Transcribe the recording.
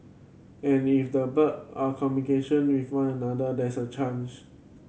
and if the bird are communication with one another there's a chance